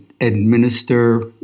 administer